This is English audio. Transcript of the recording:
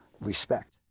respect